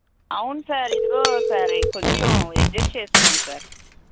అవును సార్ ఇదిగో సార్ ఈ కొంచెం అడ్జెస్ట్ చేసుకోండి సార్